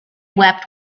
wept